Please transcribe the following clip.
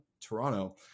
Toronto